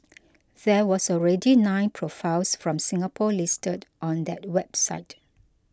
there was already nine profiles from Singapore listed on their website